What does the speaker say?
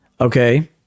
Okay